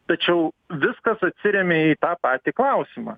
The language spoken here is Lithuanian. tačiau viskas atsiremia į tą patį klausimą